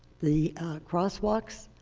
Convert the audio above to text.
the crosswalks,